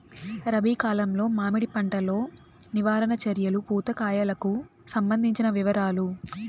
రబి కాలంలో మామిడి పంట లో నివారణ చర్యలు పూత కాయలకు సంబంధించిన వివరాలు?